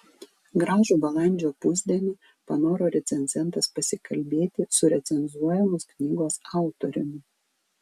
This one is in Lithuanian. gražų balandžio pusdienį panoro recenzentas pasikalbėti su recenzuojamos knygos autoriumi